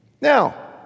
Now